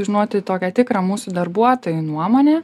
žinoti tokią tikrą mūsų darbuotojų nuomonę